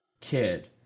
kid